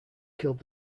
killed